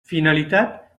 finalitat